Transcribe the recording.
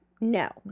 no